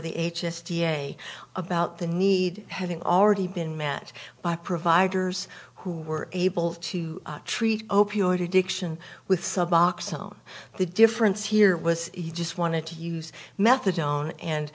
the h s da about the need having already been managed by providers who were able to treat opioid addiction with suboxone on the difference here was he just wanted to use methadone and